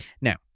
Now